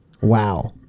Wow